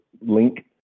link